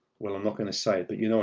well, i'm not going to say it, but you know